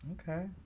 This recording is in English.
okay